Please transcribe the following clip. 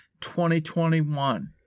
2021